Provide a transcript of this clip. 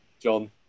John